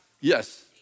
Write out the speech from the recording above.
Yes